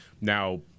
now